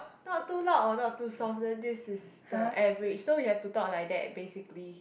not too loud or not too soft then this is the average so we have to talk like that basically